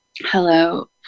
Hello